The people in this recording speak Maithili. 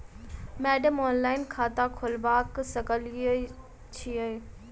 मैडम ऑनलाइन खाता खोलबा सकलिये छीयै?